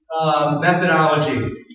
methodology